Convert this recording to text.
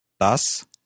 das